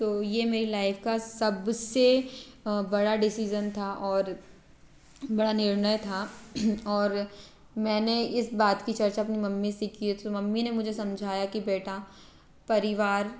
तो ये मेरी लाइफ़ का सब से बड़ा डिसीजन था और बड़ा निर्णय था और मैंने इस बात की चर्चा अपनी मम्मी से किए थे मम्मी ने मुझे समझाया कि बेटा परिवार